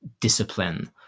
discipline